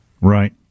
Right